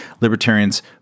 Libertarians